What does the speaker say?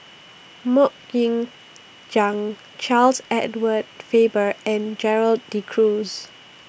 Mok Ying Jang Charles Edward Faber and Gerald De Cruz